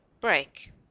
Break